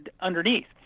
underneath